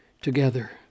together